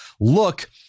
look